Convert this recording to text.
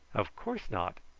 of course not.